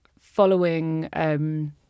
following